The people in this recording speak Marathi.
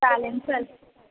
चालेल चल